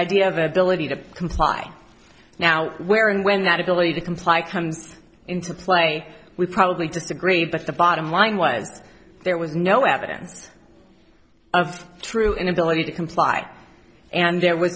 idea of the ability to comply now where and when that ability to comply comes into play we probably disagree but the bottom line was there was no evidence of true inability to comply and there was